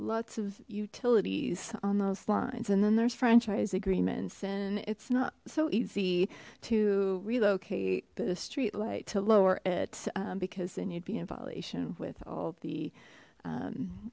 lots of utilities on those lines and then there's franchise agreements and it's not so easy to relocate the streetlight to lower it because then you'd be in violation with all the um